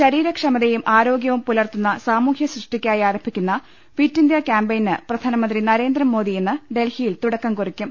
ശരീരക്ഷമതയും ആരോഗ്യവും പുലർത്തുന്ന സമൂഹ സൃഷ്ടിക്കായി ആരംഭിക്കുന്ന ഫിറ്റ് ഇന്ത്യ ക്യാമ്പയിന് പ്രധാനമന്ത്രി നരേന്ദ്രമോദി ഇന്ന് ഡൽഹിയിൽ തുടക്കം കുറിക്കും